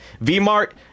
V-Mart